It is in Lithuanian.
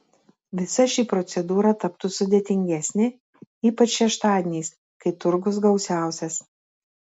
visa ši procedūra taptų sudėtingesnė ypač šeštadieniais kai turgus gausiausias